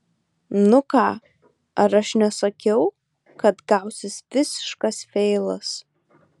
nu ką ar aš nesakiau kad gausis visiškas feilas